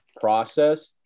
process